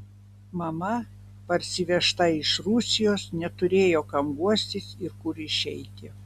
mama parsivežta iš rusijos neturėjo kam guostis ir kur išeiti